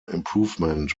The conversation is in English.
improvement